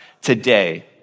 today